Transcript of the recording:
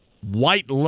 White